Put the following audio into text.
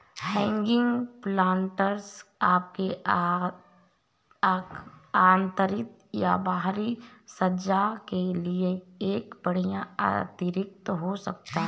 hanging planters आपके आंतरिक या बाहरी सज्जा के लिए एक बढ़िया अतिरिक्त हो सकते है